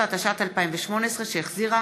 16), התשע"ט 2018 , שהחזירה